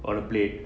on the plate